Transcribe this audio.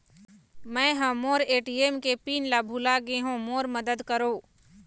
मै ह मोर ए.टी.एम के पिन ला भुला गे हों मोर मदद करौ